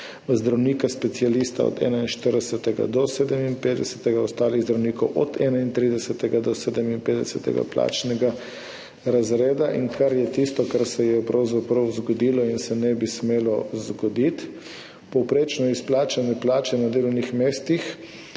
zdravnika specialista od 41. do 57., ostalih zdravnikov od 31. do 57. plačnega razreda. In kar je tisto, kar se je pravzaprav zgodilo in se ne bi smelo zgoditi – pri povprečnih izplačanih plačah na delovnih mestih